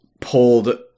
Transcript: pulled